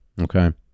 Okay